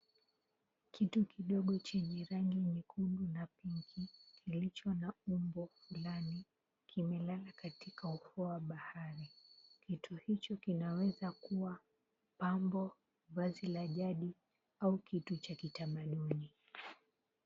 Kitu kidogo chenye rangi nyekundu na pinki lilicho na umbo fulani kimelala katika ufuo wa bahari. Kitu hicho kinaweza kuwa pambo, vazi la jadi au kitu cha kitamaduni.